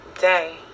day